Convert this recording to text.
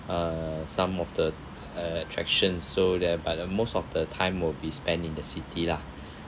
uh some of the attraction so there by the most of the time will be spent in the city lah